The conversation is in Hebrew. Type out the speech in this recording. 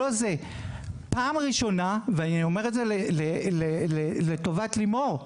פעם ראשונה, ואני אומר את זה לטובת לימור,